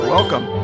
Welcome